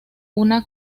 una